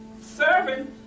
serving